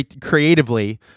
creatively